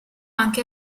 anche